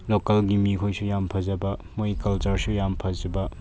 ꯂꯣꯀꯦꯜꯒꯤ ꯃꯤꯈꯩꯏꯁꯨ ꯌꯥꯝ ꯐꯖꯕ ꯃꯣꯏ ꯀꯜꯆꯔꯁꯨ ꯌꯥꯝ ꯐꯖꯕ